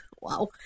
Wow